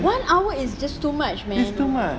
one hour is just too much man